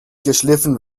geschliffen